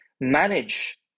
manage